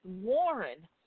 Warren